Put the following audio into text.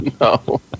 no